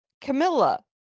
Camilla